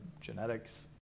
genetics